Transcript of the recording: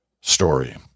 story